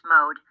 mode